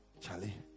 Charlie